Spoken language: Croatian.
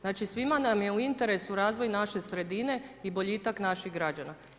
Znači, svima nam je u interesu razvoj naše sredine i boljitak naših građana.